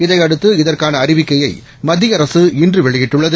இதையடுத்து இதற்கான அறிவிக்கையை மத்திய அரசு இன்று வெ வெளியிட்டுள்ளது